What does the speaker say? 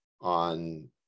on